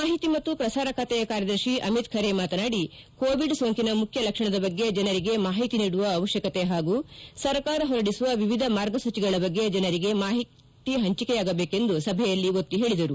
ಮಾಹಿತಿ ಮತ್ತು ಪ್ರಸಾರ ಬಾತೆಯ ಕಾರ್ಯದರ್ಶಿ ಅಮಿತ್ ಖರೆ ಮಾತನಾಡಿ ಕೋವಿಡ್ ಸೋಂಕಿನ ಮುಖ್ಯ ಲಕ್ಷಣದ ಬಗ್ಗೆ ಜನರಿಗೆ ಮಾಹಿತಿ ನೀಡುವ ಅವಶ್ವಕತೆ ಹಾಗೂ ಸರ್ಕಾರ ಹೊರಡಿಸುವ ವಿವಿಧ ಮಾರ್ಗಸೂಚಿಗಳ ಬಗ್ಗೆ ಜನರಿಗೆ ಮಾಹಿತಿ ಹಂಚಿಕೆಯಾಗಬೇಕೆಂದು ಸಭೆಯಲ್ಲಿ ಒತ್ತಿಹೇಳಿದರು